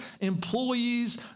employee's